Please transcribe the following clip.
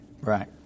Right